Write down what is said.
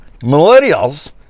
millennials